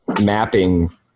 mapping